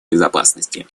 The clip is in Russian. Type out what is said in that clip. безопасности